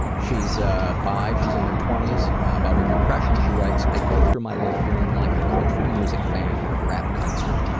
she's ah bi, she's in her twenty s, about her depression, she writes, i go through my life feeling like a country music fan at a rap concert,